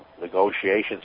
negotiations